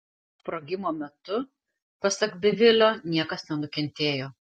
sprogimo metu pasak bivilio niekas nenukentėjo